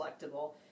collectible